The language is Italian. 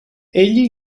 egli